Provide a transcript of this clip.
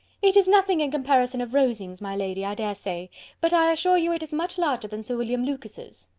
it is nothing in comparison of rosings, my lady, i dare say but i assure you it is much larger than sir william lucas's.